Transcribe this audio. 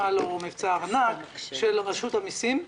או מבצע ארנק של רשות המיסים,